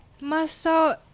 muscle